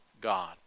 God